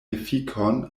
efikon